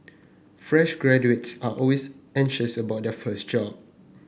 fresh graduates are always anxious about their first job